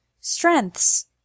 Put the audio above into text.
Strengths